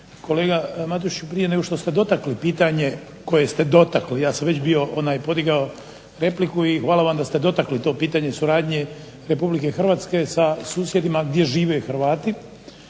Kolega Matušiću, prije nego što ste dotakli pitanje koje ste dotakli. Ja sam već bio podigao repliku i hvala vam da ste dotakli to pitanje suradnje Republike Hrvatske sa susjedima gdje žive Hrvati